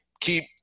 keep